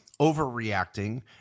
overreacting